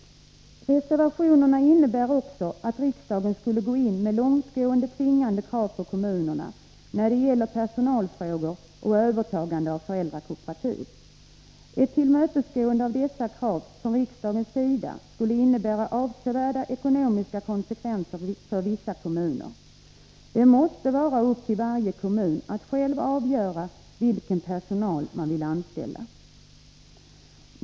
Reservationerna innebär också att riksdagen skulle gå in med långtgående, tvingande krav på kommunerna när det gäller personalfrågor och övertagande av föräldrakooperativ. Ett tillmötesgående av dessa krav från rikdagens sida skulle innebära avsevärda ekonomiska konsekvenser för vissa kommuner. Det måste vara upp till varje kommun att själv avgöra vilken personal man vill anställa.